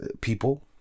People